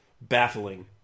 baffling